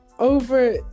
Over